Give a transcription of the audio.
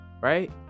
right